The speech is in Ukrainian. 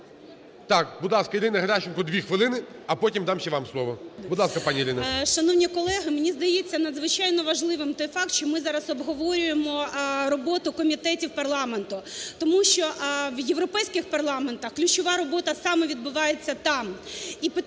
Так, будь ласка, Ірина Геращенко, 2 хвилини. А потім дам ще вам слово. Будь ласка, пані Ірино. 11:06:25 ГЕРАЩЕНКО І.В. Шановні колеги, мені здається, надзвичайно важливий той факт, що ми зараз обговорюємо роботу комітетів парламенту, тому що в європейських парламентах ключова робота саме відбувається там